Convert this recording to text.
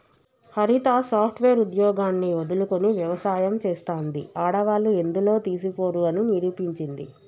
హరిత software ఉద్యోగాన్ని వదులుకొని వ్యవసాయం చెస్తాంది, ఆడవాళ్లు ఎందులో తీసిపోరు అని నిరూపించింది